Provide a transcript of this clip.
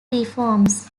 reforms